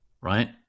right